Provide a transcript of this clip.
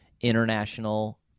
international